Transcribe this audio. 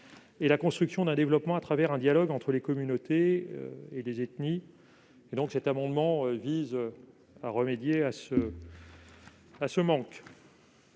et la construction d'un développement au travers d'un dialogue entre les communautés et les ethnies. Cet amendement vise à remédier à ces manques.